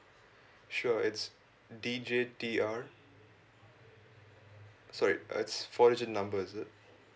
sure it's D J T R sorry it's four digit numbers is it